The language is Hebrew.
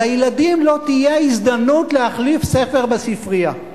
לילדים לא תהיה הזדמנות להחליף ספר בספרייה.